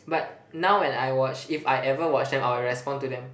but now and I watch if I ever watch them I will respond to them